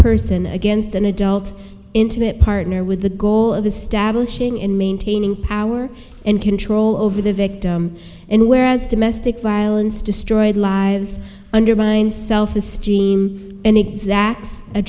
person against an adult intimate partner with the goal of establishing and maintaining power and control over the victim whereas domestic violence destroyed lives undermines self esteem and exacts a